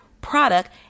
product